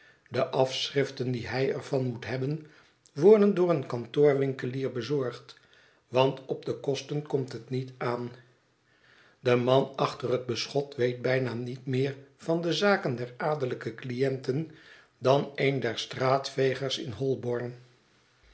de afschriften die hij er van moet hebben worden door een kantoorwinkelier bezorgd want op de kosten komt het niet aan de man achter het beschot weet bijna niet meer van de zaken der adellijke cliënten dan een der straatvegers in h